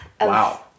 wow